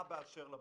מה באשר לבינוי?